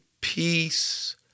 peace